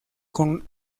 con